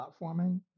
platforming